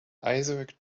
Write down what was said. isaac